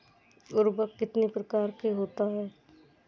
उर्वरक कितनी प्रकार के होता हैं?